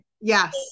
Yes